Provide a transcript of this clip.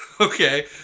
Okay